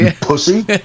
Pussy